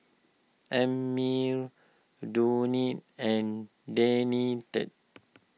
Ammie Dione and Danette